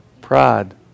Pride